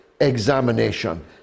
examination